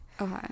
Okay